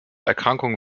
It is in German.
erkrankungen